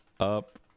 Up